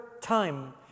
time